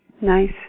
Nice